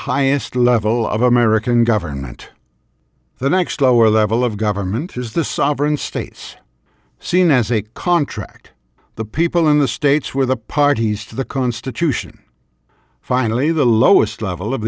highest level of american government the next lower level of government is the sovereign states seen as a contract the people in the states where the parties to the constitution finally the lowest level of